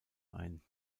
ein